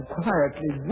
quietly